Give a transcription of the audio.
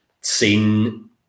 seen